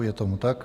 Je tomu tak.